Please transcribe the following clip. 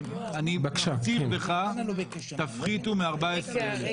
אני מפציר בך, תפחיתו מ-14,000.